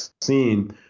seen